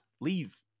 Leave